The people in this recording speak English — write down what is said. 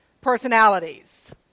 personalities